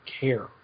care